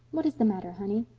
what is the matter, honey?